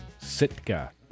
Sitka